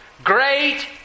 Great